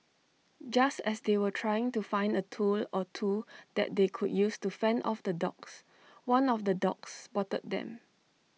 just as they were trying to find A tool or two that they could use to fend off the dogs one of the dogs spotted them